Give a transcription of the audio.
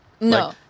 No